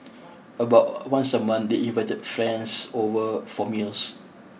about once a month they invite friends over for meals